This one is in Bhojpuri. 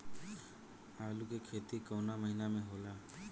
आलू के खेती कवना महीना में होला?